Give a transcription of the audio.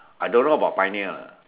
I don't know about pioneer